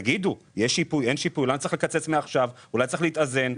תגידו למה צריך לקצץ מעכשיו, אולי צריך להתאזן.